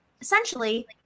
essentially